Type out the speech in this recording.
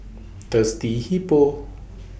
Thirsty Hippo